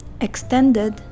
extended